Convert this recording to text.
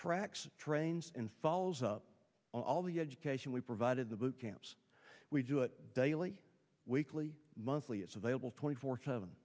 tracks trains and follows up all the education we provided the bootcamps we do it daily weekly monthly it's available twenty four seven